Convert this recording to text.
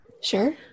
Sure